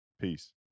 peace